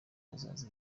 hazaza